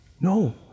no